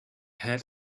hat